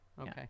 Okay